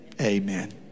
Amen